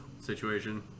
situation